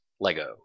Lego